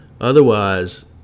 Otherwise